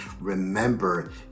Remember